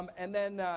um and then,